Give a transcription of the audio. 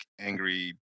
angry